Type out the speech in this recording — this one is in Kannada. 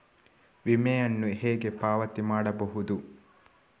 ವಿಮೆಯನ್ನು ಹೇಗೆ ಪಾವತಿ ಮಾಡಬಹುದು?